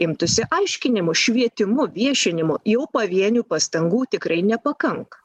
imtųsi aiškinimu švietimu viešinimu jau pavienių pastangų tikrai nepakanka